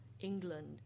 England